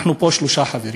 אנחנו פה שלושה חברים.